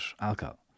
alcohol